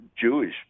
Jewish